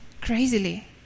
crazily